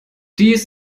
dies